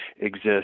exist